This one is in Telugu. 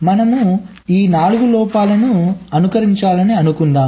మనము ఈ 4 లోపాలను అనుకరించాలని అనుకుందాం